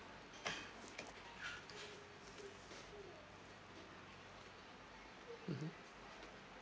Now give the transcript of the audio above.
mmhmm